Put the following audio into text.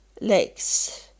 legs